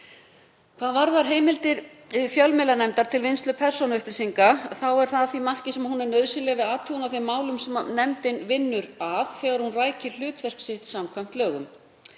Hvað varðar heimildir fjölmiðlanefndar til vinnslu persónuupplýsinga þá er það að því marki sem hún er nauðsynleg við athugun á þeim málum sem nefndin vinnur að þegar hún rækir hlutverk sitt samkvæmt lögum.